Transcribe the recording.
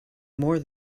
more